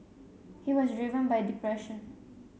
he was driven by depression